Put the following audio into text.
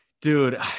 Dude